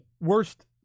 worst